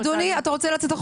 אדוני, אתה רוצה לצאת החוצה?